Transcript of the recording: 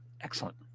Excellent